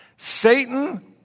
Satan